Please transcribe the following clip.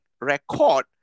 record